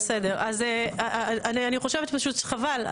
אני חושב שפשוט חבל,